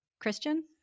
Christian